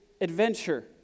adventure